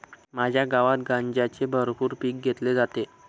माझ्या गावात गांजाचे भरपूर पीक घेतले जाते